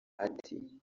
ati